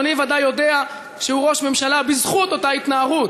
אדוני ודאי יודע שהוא ראש ממשלה בזכות אותה התנערות.